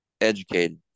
educated